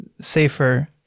safer